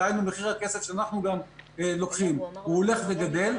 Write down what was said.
דהיינו מחירי הכסף שאנחנו לוקחים הולכים וגדלים.